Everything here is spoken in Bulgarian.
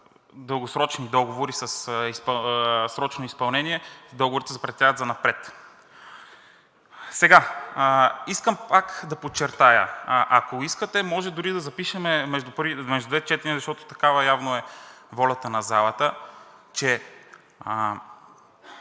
дългосрочни договори със срочно изпълнение, договорите се прекратяват занапред. Искам пак да подчертая, ако искате може дори да запишем между двете четения, защото такава явно е волята на залата, че